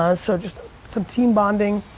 ah so, just some team bonding.